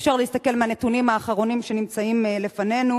אפשר לראות מהנתונים האחרונים שנמצאים לפנינו